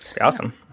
Awesome